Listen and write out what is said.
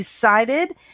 decided